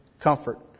comfort